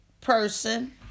person